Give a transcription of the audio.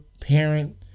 parent